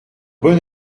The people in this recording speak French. bon